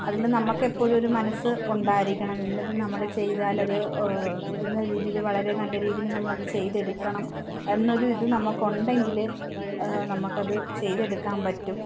അതിന് നമുക്കെപ്പോഴൊരു മനസ്സ് ഉണ്ടായിരിക്കണം ഇന്നത് നമ്മൾ ചെയ്താലത് രീതിയിൽ വളരെ നല്ല രീതിയിൽ നമ്മളത് ചെയ്തെടുക്കണം എന്നൊരു ഇത് നമുക്കുണ്ടെങ്കിൽ നമുക്കത് ചെയ്തെടുക്കാൻ പറ്റും